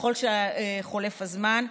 ככל שחולף הזמן.